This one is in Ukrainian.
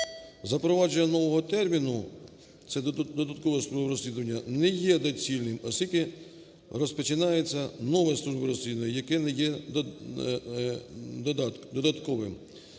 Запровадження нового терміну - це "додаткове службове розслідування", - не є доцільним, оскільки розпочинається нове службове розслідування, яке не є додатковим.